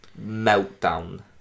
meltdown